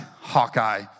Hawkeye